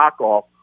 knockoff